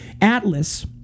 Atlas